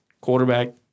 quarterback